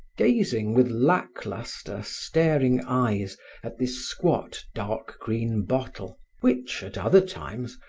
gazing with lack-lustre, staring eyes at this squat, dark-green bottle which, at other times,